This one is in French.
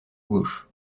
gauche